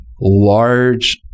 large